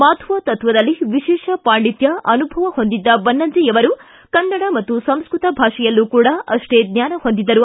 ಮಾಧ್ವ ತತ್ವದಲ್ಲಿ ವಿಶೇಷ ಪಾಂಡಿತ್ಯ ಅನುಭವ ಹೊಂದಿದ್ದ ಬನ್ನಂಜೆಯವರು ಕನ್ನಡ ಮತ್ತು ಸಂಸ್ಟತ ಭಾಷೆಯಲ್ಲಿ ಕೂಡ ಅಷ್ಷೇ ಜ್ವಾನ ಹೊಂದಿದ್ದರು